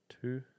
Two